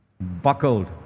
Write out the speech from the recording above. buckled